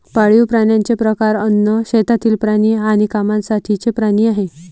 पाळीव प्राण्यांचे प्रकार अन्न, शेतातील प्राणी आणि कामासाठीचे प्राणी आहेत